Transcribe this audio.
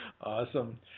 Awesome